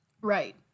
Right